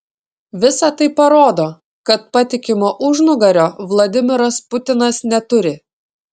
visa tai parodo kad patikimo užnugario vladimiras putinas neturi